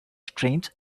strains